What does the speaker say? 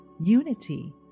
unity